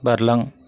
बारलां